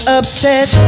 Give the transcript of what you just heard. upset